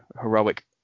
heroic